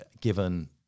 given